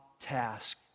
task